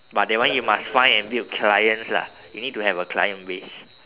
but that one you must find and build clients lah you need to have a client base